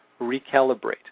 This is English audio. recalibrate